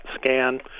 scan